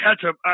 ketchup